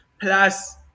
plus